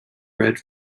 red